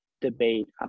debate